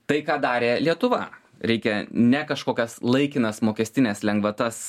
tai ką darė lietuva reikia ne kažkokias laikinas mokestines lengvatas